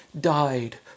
died